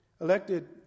Elected